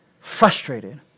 frustrated